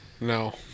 No